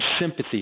sympathy